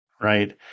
right